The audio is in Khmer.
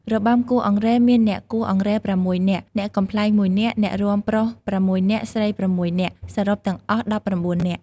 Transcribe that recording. របាំគោះអង្រែមានអ្នកគោះអង្រែ៦នាក់ អ្នកកំប្លែង១នាក់ អ្នករាំប្រុស៦នាក់ស្រី៦នាក់ សរុបទាំងអស់១៩នាក់។